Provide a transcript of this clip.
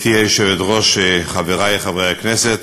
גברתי היושבת-ראש, חברי חברי הכנסת,